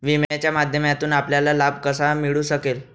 विम्याच्या माध्यमातून आपल्याला लाभ कसा मिळू शकेल?